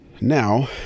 now